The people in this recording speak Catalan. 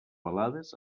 balades